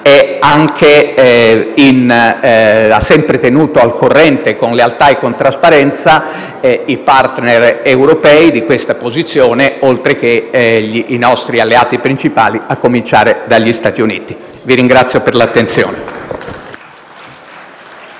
ha sempre tenuto al corrente con lealtà e con trasparenza i *partner* europei di questa posizione, oltre che i nostri alleati principali, a cominciare dagli Stati Uniti. *(Applausi